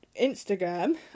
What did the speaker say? Instagram